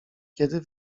kiedy